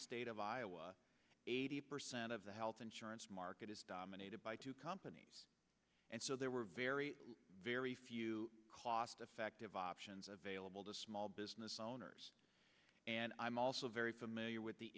state of iowa eighty percent of the health insurance market is dominated by two companies and so there were very very few cost effective options available to small business owners and i'm also very familiar with the